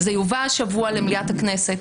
זה יובא השבוע למליאת הכנסת.